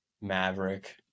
Maverick